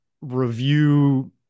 review